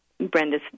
Brenda's